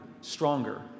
stronger